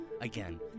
again